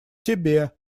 тебе